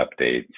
updates